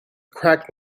crack